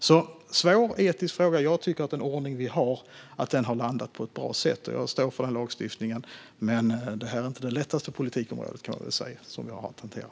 Det är alltså en svår etisk fråga. Den ordning vi har tycker jag har landat på ett bra sätt, och jag står för denna lagstiftning. Men detta är inte det lättaste politikområde vi har att hantera, kan man väl säga.